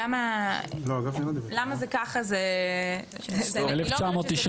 זה מ-1994.